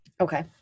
okay